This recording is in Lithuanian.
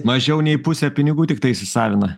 mažiau nei pusę pinigų tiktai įsisavina